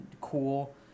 cool